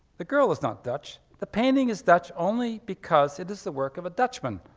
the girl is not dutch. the painting is dutch only because it is the work of a dutchman,